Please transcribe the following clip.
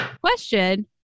question